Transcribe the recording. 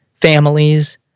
families